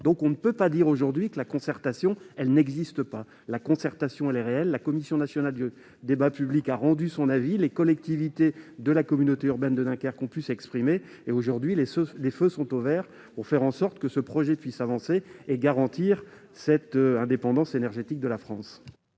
On ne peut donc pas dire aujourd'hui que la concertation n'existe pas : elle est réelle ! La Commission nationale du débat public a rendu son avis, les collectivités de la communauté urbaine de Dunkerque ont pu s'exprimer ; aujourd'hui, tous les feux sont au vert pour que ce projet puisse avancer et garantir l'indépendance énergétique de la France.